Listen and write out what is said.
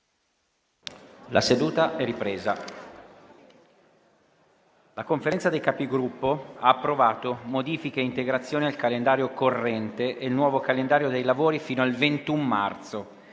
una nuova finestra"). La Conferenza dei Capigruppo ha approvato modifiche e integrazioni al calendario corrente e il nuovo calendario dei lavori fino al 21 marzo.